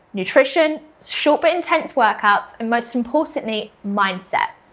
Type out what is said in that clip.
nutrition, short but intense workouts and most importantly mindset.